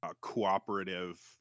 cooperative